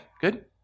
Good